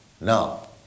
Now